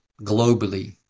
globally